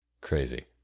Crazy